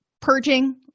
purging